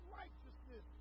righteousness